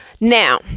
Now